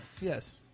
Yes